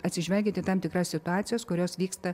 atsižvelgiant į tam tikras situacijas kurios vyksta